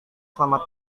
selamat